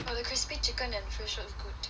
!wah! the crispy fish and chicken look good